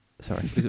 Sorry